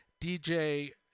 DJ